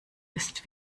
ist